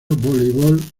voleibol